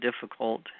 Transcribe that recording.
difficult